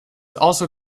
also